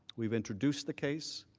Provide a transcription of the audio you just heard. we've introduced the case.